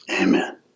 Amen